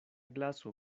glaso